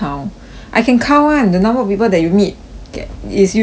I can count [one] the number of people that you meet it's usually like maybe